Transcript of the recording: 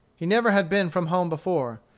he never had been from home before.